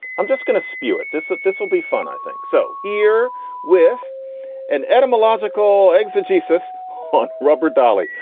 i'm just gonna spew it. this that this will be fun. i think so. here with an etymological exegesis on robert dolly.